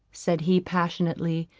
said he passionately,